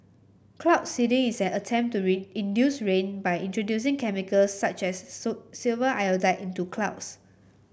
cloud seeding is an attempt to induce rain by introducing chemicals such as silver iodide into clouds